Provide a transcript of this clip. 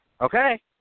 Okay